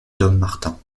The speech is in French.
dommartin